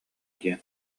диэн